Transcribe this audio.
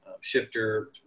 shifter